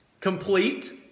complete